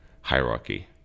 hierarchy